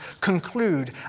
conclude